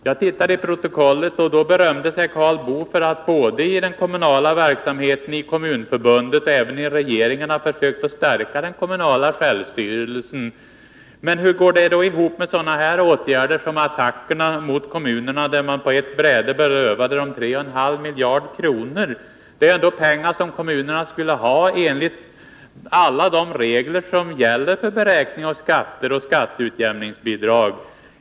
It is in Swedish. Jag tittade i protokollet och fann att Karl Boo berömde sig för att både i den kommunala verksamheten Nr 154 och inom Kommunförbundet och även i regeringen ha försökt stärka den kommunala självstyrelsen. Men hur går det ihop med sådana åtgärder som attackerna mot kommunerna, där man på ett bräde berövade dem 3,5 miljarder? Det är ändå pengar som kommunerna skall ha enligt alla de regler som gäller för beräkning av skatter och skatteutjämningsbidrag.